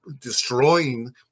destroying